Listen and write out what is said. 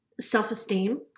self-esteem